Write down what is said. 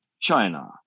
China